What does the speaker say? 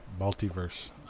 Multiverse